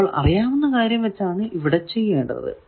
അപ്പോൾ അറിയാവുന്ന കാര്യം വച്ചാണ് ഇവിടെ ചെയ്യേണ്ടത്